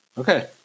Okay